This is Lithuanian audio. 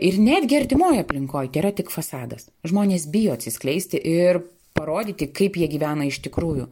ir netgi artimoj aplinkoj tėra tik fasadas žmonės bijo atsiskleisti ir parodyti kaip jie gyvena iš tikrųjų